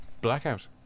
Blackout